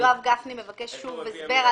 על